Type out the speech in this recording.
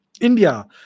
India